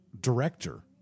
director